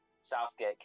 Southgate